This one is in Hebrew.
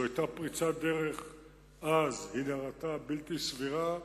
זו היתה פריצת דרך אז, היא נראתה בלתי סבירה,